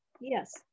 Yes